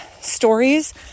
stories